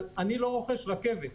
אבל אני לא רוכש רכבת.